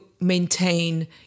maintain